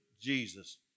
Jesus